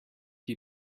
you